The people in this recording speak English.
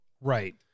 Right